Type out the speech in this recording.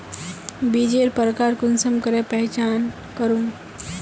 बीजेर प्रकार कुंसम करे पहचान करूम?